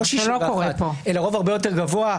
לא 61 אלא רוב הרבה יותר גבוה.